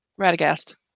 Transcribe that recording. Radagast